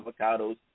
avocados